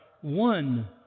one